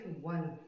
one